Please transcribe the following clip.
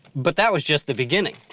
but that was just the beginning.